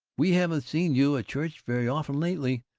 we haven't seen you at church very often lately.